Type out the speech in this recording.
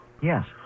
Yes